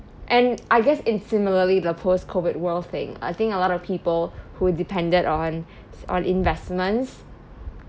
and I guess in similarly the post COVID world thing I think a lot of people who depended on on investments